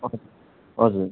हजुर